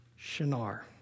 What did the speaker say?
Shinar